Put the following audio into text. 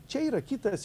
čia yra kitas